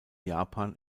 japan